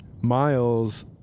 Miles